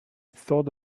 thought